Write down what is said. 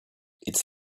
its